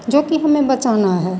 जोकि हमें बचाना है